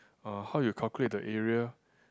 uh how you calculate the area